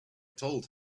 told